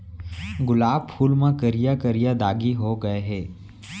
गुलाब फूल म करिया करिया दागी हो गय हे